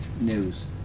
news